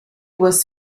was